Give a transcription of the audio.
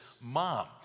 mom